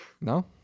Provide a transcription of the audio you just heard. No